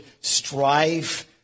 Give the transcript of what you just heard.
strive